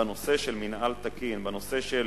בנושא של מינהל תקין, בנושא של